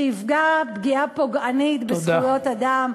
שיפגע פגיעה פוגענית בזכויות אדם,